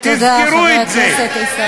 תזכרו את זה.